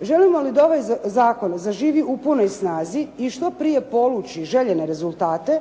Želimo li da ovaj zakon zaživi u punoj snazi i što prije poluči željene rezultate